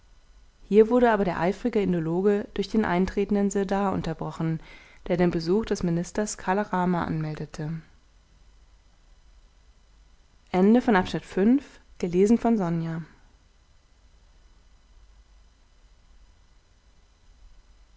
hier wurde aber der eifrige indologe durch den eintretenden sirdar unterbrochen der den besuch des ministers kala rama anmeldete